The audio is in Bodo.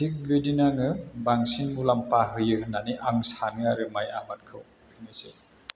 थिग बिदिनो आङो बांसिन मुलाम्फा होयो होननानै आं सानो आरो माय आबादखौ बेनोसै